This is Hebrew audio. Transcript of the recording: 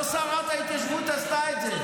לא שרת ההתיישבות עשתה את זה,